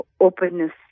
openness